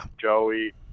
Joey